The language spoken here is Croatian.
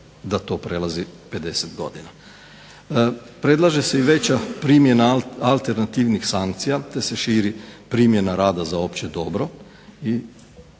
da to prelazi 50 godina. Predlaže se i veća primjena alternativnih sankcija te se širi primjena rada za opće dobro.